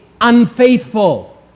unfaithful